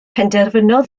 penderfynodd